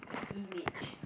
image